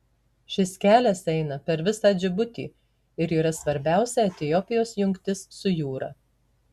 šis kelias eina per visą džibutį ir yra svarbiausia etiopijos jungtis su jūra